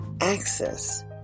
access